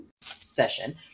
session